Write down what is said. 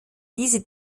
diese